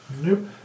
Nope